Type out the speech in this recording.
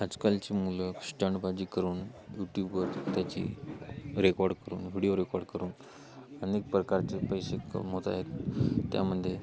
आजकालची मुलं स्टंडबाजी करून यूट्यूबवर त्याची रेकॉर्ड करून व्हिडिओ रेकॉर्ड करून अनेक प्रकारचे पैसे कमवत आहेत त्यामध्ये